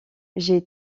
j’ai